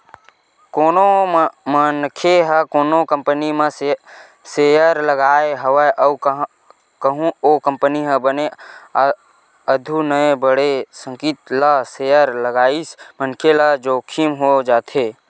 कोनो मनखे ह कोनो कंपनी म सेयर लगाय हवय अउ कहूँ ओ कंपनी ह बने आघु नइ बड़हे सकिस त सेयर लगइया मनखे ल जोखिम हो जाथे